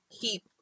keep